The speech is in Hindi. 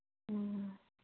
हाँ